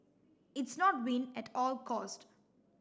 it's not win at all cost